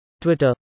Twitter